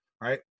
Right